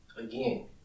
again